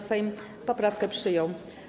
Sejm poprawkę przyjął.